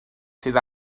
sydd